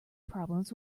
problems